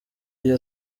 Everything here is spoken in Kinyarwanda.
iyo